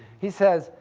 he says,